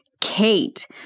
Kate